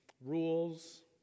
rules